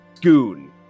Scoon